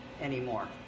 anymore